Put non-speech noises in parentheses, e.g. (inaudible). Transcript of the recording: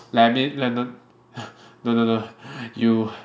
like I mean like no (noise) you